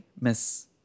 Miss